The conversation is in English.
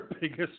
biggest